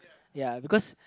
ya because